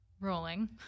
rolling